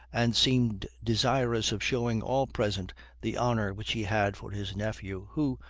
and seemed desirous of showing all present the honor which he had for his nephew, who,